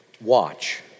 Watch